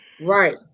Right